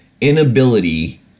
inability